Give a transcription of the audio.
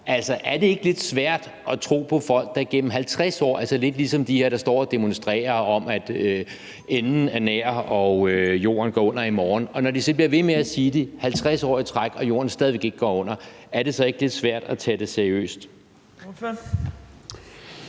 Altså, er det ikke lidt svært at tro på folk, der har sagt det gennem 50 år? Det er lidt ligesom de, der står og demonstrerer om, at enden er nær og jorden går under i morgen, og når de så bliver ved med at sige det 50 år i træk og jorden stadig væk ikke går under, er det så ikke lidt svært at tage det seriøst?